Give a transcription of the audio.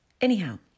anyhow